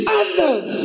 others